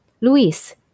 Luis